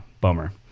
Bummer